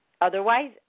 Otherwise